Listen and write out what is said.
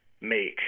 make